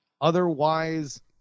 otherwise